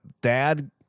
dad